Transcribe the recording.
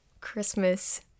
Christmas